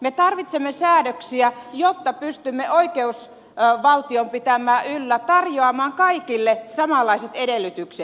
me tarvitsemme säädöksiä jotta pystymme oikeusvaltion pitämään yllä tarjoamaan kaikille samanlaiset edellytykset